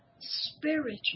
spiritual